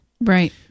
right